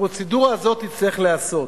הפרוצדורה הזאת תצטרך להיעשות.